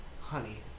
Honey